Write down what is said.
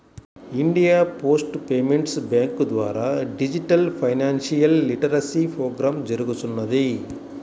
India Post Payments Bank ద్వారా digital financial literacy programme జరుగుతున్నది